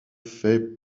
fait